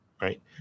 right